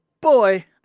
boy